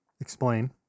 explain